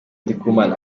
ndikumana